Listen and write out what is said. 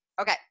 Okay